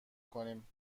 کنیم